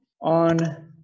on